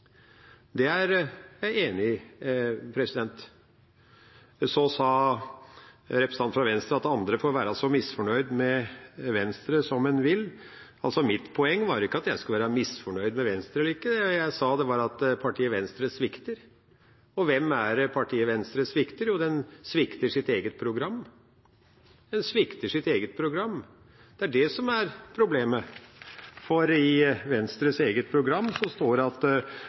det er jeg enig i. Så sa representanten fra Venstre at andre får være så misfornøyd med Venstre som en vil. Mitt poeng var ikke at jeg skal være misfornøyd med Venstre eller ikke. Det jeg sa, var at partiet Venstre svikter. Og hvem er det partiet Venstre svikter? Jo, de svikter sitt eget program – det er det som er problemet – for i Venstres eget program står det at